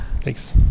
thanks